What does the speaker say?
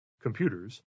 computers